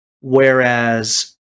whereas